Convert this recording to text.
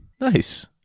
Nice